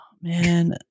Man